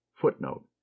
Footnote